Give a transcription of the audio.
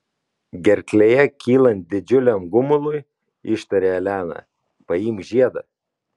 gerklėje kylant didžiuliam gumului ištarė elena paimk žiedą